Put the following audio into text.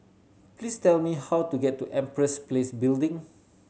please tell me how to get to Empress Place Building